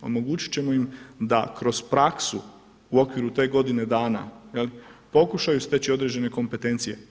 Omogućit ćemo im da kroz praksu u okviru te godine dana pokušaju steći određene kompetencije.